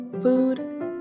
food